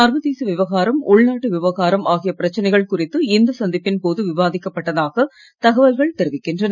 சர்வதேச விவகாரம் உள்நாட்டு விவகாரம் ஆகிய பிரச்சனைகள் குறித்து இந்த சந்திப்பின் போது விவாதிக்கப்பட்டதாக தகவல்கள் தெரிவிக்கின்றன